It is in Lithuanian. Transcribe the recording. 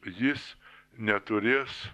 jis neturės